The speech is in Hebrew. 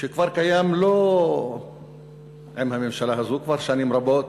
שכבר קיים, לא עם הממשלה הזאת, כבר שנים רבות.